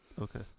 Okay